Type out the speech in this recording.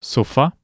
Sofa